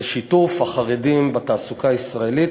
זה שיתוף החרדים בתעסוקה הישראלית.